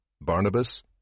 Barnabas